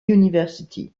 university